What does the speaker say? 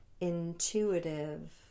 intuitive